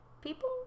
people